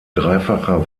dreifacher